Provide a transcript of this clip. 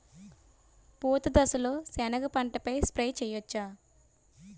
పూత దశలో సెనగ పంటపై స్ప్రే చేయచ్చా?